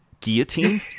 Guillotine